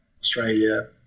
australia